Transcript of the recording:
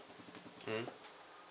mm